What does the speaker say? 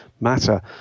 matter